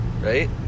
right